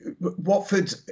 Watford